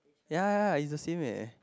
yeah yeah yeah it's the same eh